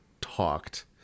talked